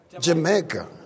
Jamaica